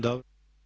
Dobro.